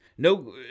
No